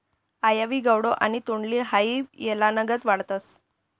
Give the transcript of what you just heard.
आइवी gourd आणि तोंडली हाई येलनागत वाढतस